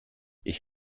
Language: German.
ich